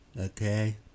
Okay